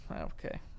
Okay